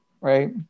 right